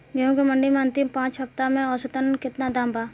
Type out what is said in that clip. गेंहू के मंडी मे अंतिम पाँच हफ्ता से औसतन केतना दाम बा?